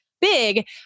big